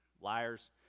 Liars